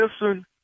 listen